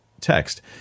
text